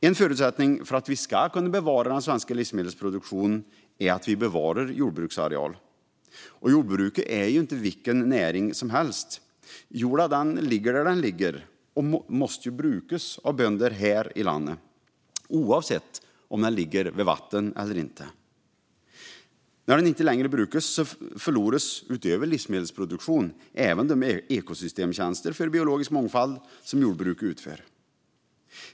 En förutsättning för att vi ska kunna bevara den svenska livsmedelsproduktionen är att vi bevarar jordbruksareal. Jordbruket är inte vilken näring som helst. Jorden ligger där den ligger och måste brukas av bönder här i landet, oavsett om den ligger vid vatten eller inte. När den inte längre brukas förloras, utöver livsmedelsproduktionen, även de ekosystemtjänster för biologisk mångfald som jordbruket utför.